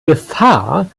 gefahr